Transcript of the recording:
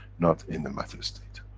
not in the matter-state.